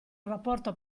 rapporto